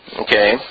Okay